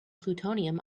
plutonium